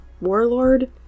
warlord